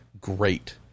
great